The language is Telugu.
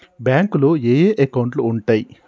బ్యాంకులో ఏయే అకౌంట్లు ఉంటయ్?